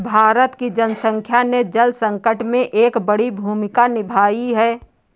भारत की जनसंख्या ने जल संकट में एक बड़ी भूमिका निभाई है